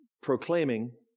proclaiming